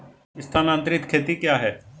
स्थानांतरित खेती क्या है?